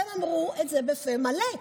והם אמרו את זה בפה מלא.